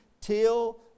Till